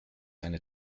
eine